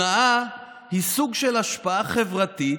אדוני היושב-ראש, חבריי חברי הכנסת,